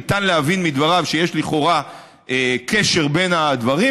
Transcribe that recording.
ניתן להבין מדבריו שיש לכאורה קשר בין הדברים,